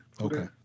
Okay